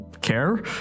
care